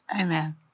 Amen